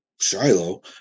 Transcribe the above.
Shiloh